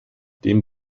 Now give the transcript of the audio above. den